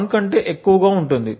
1 కంటే ఎక్కువగా ఉంటుంది